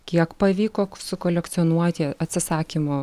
kiek pavyko sukolekcionuoti atsisakymo